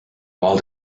well